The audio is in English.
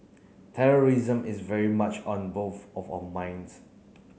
terrorism is very much on both of our minds